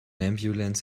ambulance